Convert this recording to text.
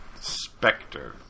Spectre